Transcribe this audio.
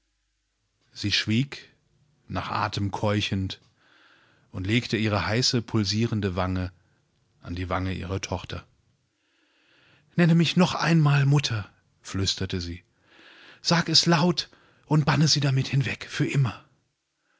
sie schwieg nach atem keuchend und legte ihre heiße pulsierende wange an die wangeihrertochter nenne mich noch einmal mutter flüsterte sie sag es laut und banne sie damit hinwegfürimmer